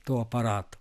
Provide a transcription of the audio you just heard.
to aparato